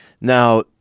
Now